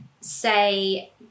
say